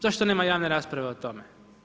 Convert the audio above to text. Zašto nema javne rasprave o tome?